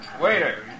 Waiter